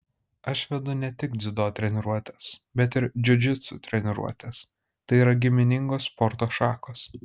aš vedu ne tik dziudo treniruotes bet ir džiudžitsu treniruotes tai yra giminingos sporto šakos